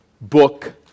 Book